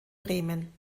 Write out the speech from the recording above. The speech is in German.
bremen